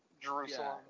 Jerusalem